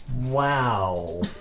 Wow